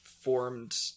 formed